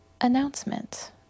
announcement